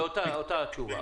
זו אותה התשובה.